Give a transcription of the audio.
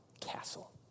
Castle